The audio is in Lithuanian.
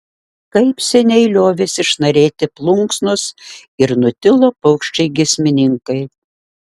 kaip seniai liovėsi šnarėti plunksnos ir nutilo paukščiai giesmininkai